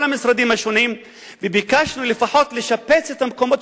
המשרדים השונים וביקשנו לפחות לשפץ את המקומות,